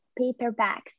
paperbacks